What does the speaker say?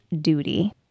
duty